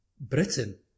Britain